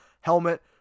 helmet